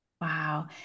wow